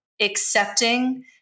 accepting